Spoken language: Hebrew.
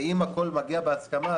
ואם הכול מגיע בהסכמה,